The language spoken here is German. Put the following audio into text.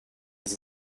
sie